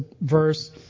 verse